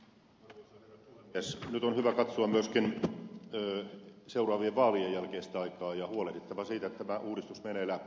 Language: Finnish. nyt on hyvä katsoa myöskin seuraavien vaalien jälkeistä aikaa ja huolehdittava siitä että tämä uudistus menee läpi